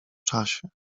czasie